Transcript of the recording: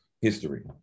History